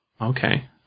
Okay